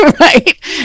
right